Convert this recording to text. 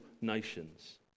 nations